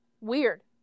Weird